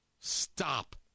Stop